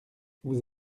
vous